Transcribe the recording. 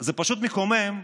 זה פשוט מקומם,